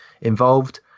involved